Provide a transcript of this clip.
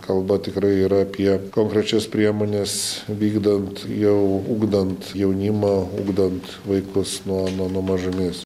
kalba tikrai yra apie konkrečias priemones vykdant jau ugdant jaunimą ugdant vaikus nuo nuo mažumės